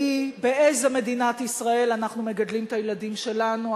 היא באיזו מדינת ישראל אנחנו מגדלים את הילדים שלנו,